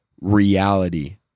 reality